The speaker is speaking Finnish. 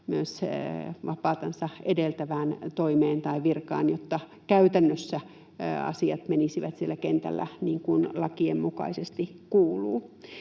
vapauttansa edeltävään toimeen tai virkaan, jotta käytännössä asiat menisivät siellä kentällä niin kuin lakien mukaisesti kuuluu.